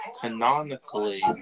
canonically